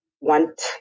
want